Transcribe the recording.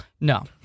No